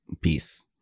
peace